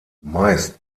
meist